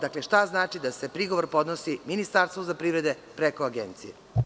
Dakle, šta znači da se prigovor podnosi Ministarstvu za privrede preko agencije?